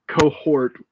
cohort